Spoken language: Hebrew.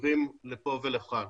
טובים לפה ולכאן,